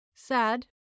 Sad